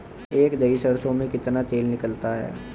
एक दही सरसों में कितना तेल निकलता है?